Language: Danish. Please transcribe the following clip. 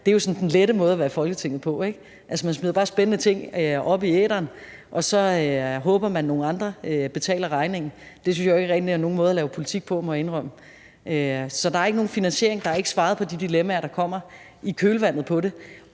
det er jo sådan den lette måde at være i Folketinget på, ikke? Man smider bare spændende ting op i æteren, og så håber man, at nogle andre betaler regningen. Det synes jeg jo ikke rigtig er nogen måde at lave politik på, må jeg indrømme. Så der er ikke nogen finansiering, der er ikke svaret på de dilemmaer, der kommer i kølvandet på det,